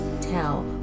tell